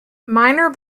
minor